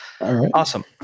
Awesome